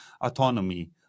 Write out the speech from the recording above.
autonomy